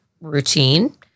routine